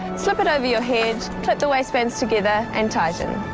slip it over your head, clip the waist bands together, and tighten.